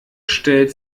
stellt